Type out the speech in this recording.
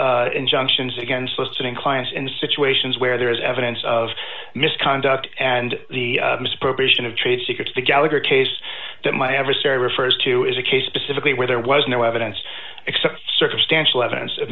upheld injunctions against listening clients in situations where there is evidence of misconduct and the misappropriation of trade secrets the gallagher case that my adversary refers to is a case specifically where there was no evidence except circumstantial evidence of